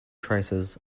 traces